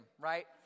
right